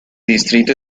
distrito